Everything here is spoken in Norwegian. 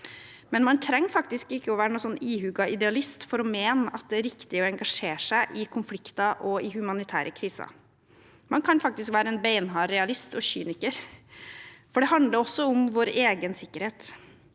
men man trenger faktisk ikke å være ihuga idealist for å mene at det er riktig å engasjere seg i konflikter og i humanitære kriser. Man kan faktisk være en beinhard realist og kyniker, for det handler også om vår egen sikkerhet.